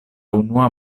unua